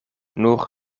nur